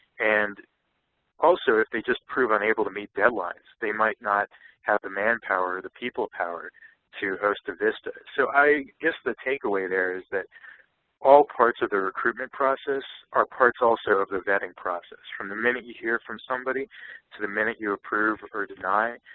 and also if they just prove unable to meet deadlines, they might not have the manpower or the people power to host a vista. so i guess the takeaway there is that all parts of the recruitment process are parts also of the vetting process. from the minute you hear from somebody to the minute you approve or deny,